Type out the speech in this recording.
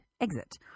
exit